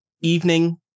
evening